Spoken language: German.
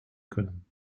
können